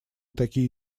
такие